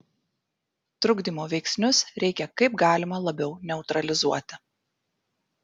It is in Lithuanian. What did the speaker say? trukdymo veiksnius reikia kaip galima labiau neutralizuoti